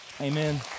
Amen